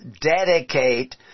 Dedicate